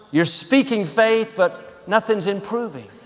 you're speaking faith, but nothing's improving.